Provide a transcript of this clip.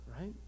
right